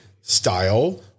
style